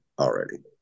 already